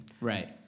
Right